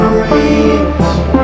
reach